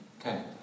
Okay